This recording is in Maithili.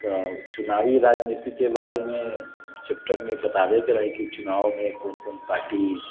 तऽ चुनावी राजनीतिके बारेमे चैप्टरमे बताबैके रहै कि चुनावमे कोन कोन पार्टी